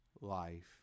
life